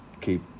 keep